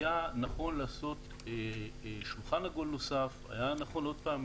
היה נכון לעשות שולחן עגול נוסף, היה נכון עוד פעם